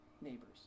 neighbors